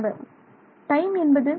மாணவர் டைம் என்பது